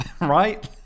right